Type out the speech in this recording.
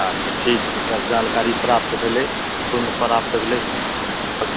अच्छा ठीक छै सर जानकारी प्राप्त भेलय पूर्ण प्राप्त भेलय